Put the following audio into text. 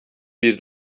bir